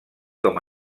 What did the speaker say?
com